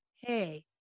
hey